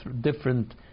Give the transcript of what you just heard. different